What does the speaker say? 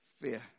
fear